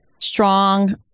Strong